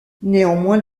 néanmoins